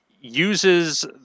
uses